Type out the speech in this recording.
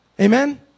Amen